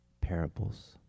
parables